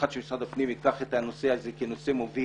האחד, שמשרד הפנים ייקח את הנושא הזה כנושא מוביל.